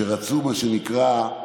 רצו, מה שנקרא,